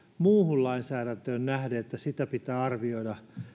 muuhun lainsäädäntöön nähden että sitä pitää arvioida